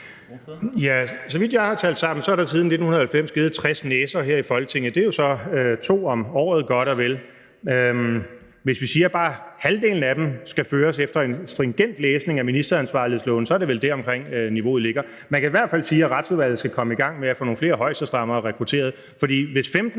Så vidt jeg har talt sammen, er der siden 1990 givet 60 næser her i Folketinget. Det er jo så godt og vel to om året. Hvis vi siger, at bare halvdelen af dem skal føres efter en stringent læsning af ministeransvarlighedsloven, så er det vel der omkring niveauet ligger. Man kan i hvert fald sige, at Retsudvalget skal komme i gang med at få nogle flere højesteretsdomme rekrutteret, hvis 15